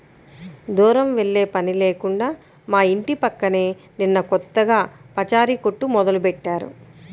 దూరం వెళ్ళే పని లేకుండా మా ఇంటి పక్కనే నిన్న కొత్తగా పచారీ కొట్టు మొదలుబెట్టారు